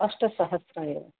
अष्टसहस्रम् एव